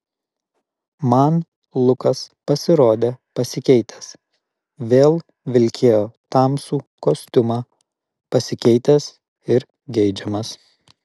man lukas pasirodė pasikeitęs vėl vilkėjo tamsų kostiumą pasikeitęs ir geidžiamas